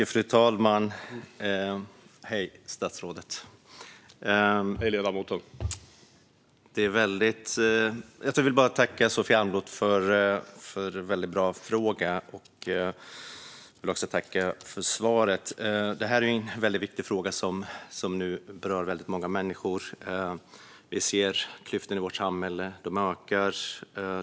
Fru talman och statsrådet! Jag vill tacka Sofia Amloh för en väldigt bra fråga, och jag vill också tacka statsrådet för svaret. Detta är en väldigt viktig fråga som nu berör väldigt många människor. Vi ser att klyftorna i vårt samhälle ökar.